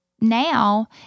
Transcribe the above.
now